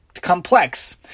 complex